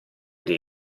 dei